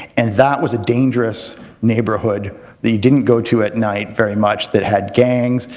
and that was a dangerous neighbourhood that you didn't go to at night very much that had gangs,